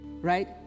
Right